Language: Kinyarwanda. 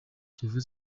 kiyovu